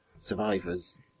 survivors